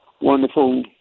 wonderful